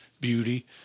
beauty